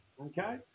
okay